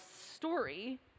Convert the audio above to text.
story